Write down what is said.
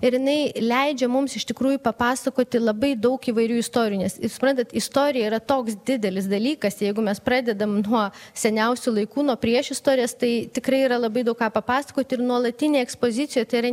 ir jinai leidžia mums iš tikrųjų papasakoti labai daug įvairių istorijų nes suprantat istorija yra toks didelis dalykas jeigu mes pradedam nuo seniausių laikų nuo priešistorės tai tikrai yra labai daug ką papasakoti ir nuolatinėj ekspozicijoj tai yra